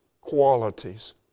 qualities